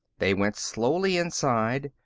they went slowly inside.